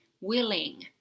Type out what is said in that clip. willing